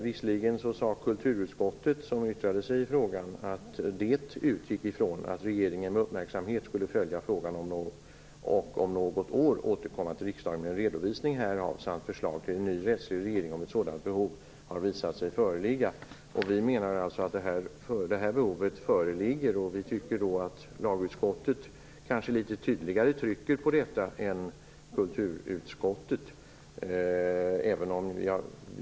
Visserligen sade kulturutskottet, som yttrade sig i frågan, att utskottet utgick från att regeringen med uppmärksamhet skulle följa frågan och om något år återkomma till riksdagen med en redovisning härav samt förslag om en ny rättslig reglering om ett sådant behov har visat sig föreligga. Vi menar att behovet föreligger. Vi tycker att lagutskottet litet tydligare trycker på detta än kulturutskottet.